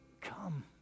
come